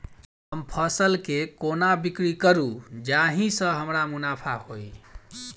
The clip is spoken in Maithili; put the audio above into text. हम फसल केँ कोना बिक्री करू जाहि सँ हमरा मुनाफा होइ?